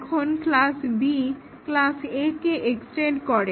এখন class B class A কে extend করে